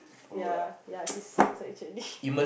yeah yeah he sucks actually